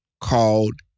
called